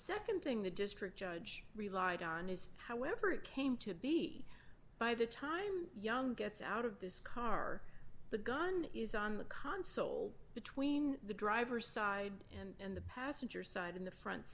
nd thing the district judge relied on is however it came to be by the time young gets out of this car the gun is on the console between the driver side and the passenger side in the front